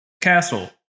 Castle